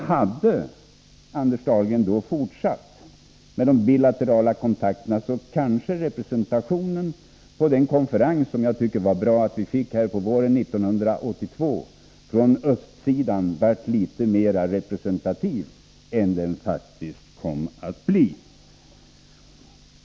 Hade Anders Dahlgren då fortsatt med de bilaterala kontakterna, kanske deltagandet från östsidan i den konferens som vi — och det tycker jag var bra — fick till stånd våren 1982, hade blivit litet mer representativt än det faktiskt kom att bli.